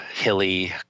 hilly